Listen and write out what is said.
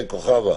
לא.